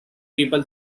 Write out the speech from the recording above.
people